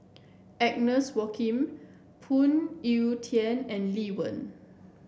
Agnes Phoon Yew Tien and Lee Wen